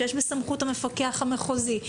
שיש בסמכות המפקח המחוזי,